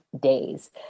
days